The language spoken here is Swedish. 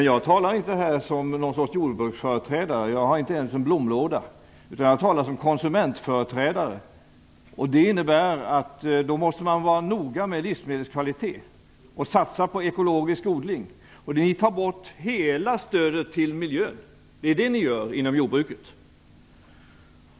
Jag talar inte här som någon sorts jordbruksföreträdare - jag har inte ens en blomlåda - utan jag talar som konsumentföreträdare. Det innebär att man måste vara noga med livsmedelskvaliteten och satsa på ekologisk odling. Vad ni gör är att ni tar bort hela stödet till miljön inom jordbruket.